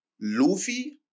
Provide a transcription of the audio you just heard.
Luffy